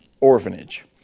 orphanage